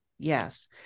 Yes